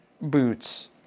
boots